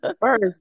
first